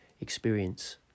experience